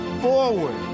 forward